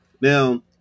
Now